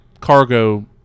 cargo